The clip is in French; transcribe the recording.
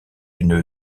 une